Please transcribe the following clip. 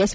S